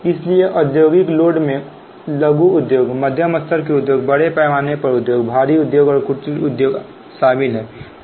इसलिए औद्योगिक लोड में लघु उद्योग मध्यम स्तर के उद्योग बड़े पैमाने पर उद्योग भारी उद्योग और कुटीर उद्योग शामिल हैं